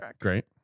Great